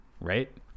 right